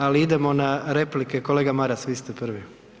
Ali idemo na replike, kolega Maras vi ste prvi.